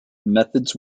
methods